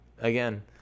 again